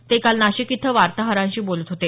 ते काल नाशिक इथं वार्ताहरांशी बोलत होते